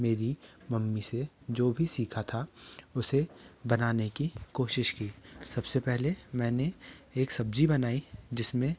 मेरी मम्मी से जो भी सीखा था उसे बनाने की कोशिश की सबसे पहले मैंने एक सब्जी बनाई जिसमें